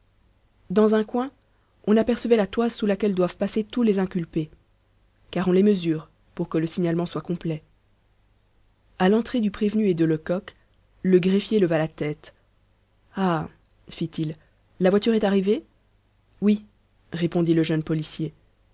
dans un coin on apercevait la toise sous laquelle doivent passer tous les inculpés car on les mesure pour que le signalement soit complet à l'entrée du prévenu et de lecoq le greffier leva la tête ah fit-il la voiture est arrivée oui répondit le jeune policier